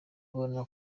ubona